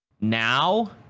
now